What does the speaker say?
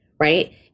right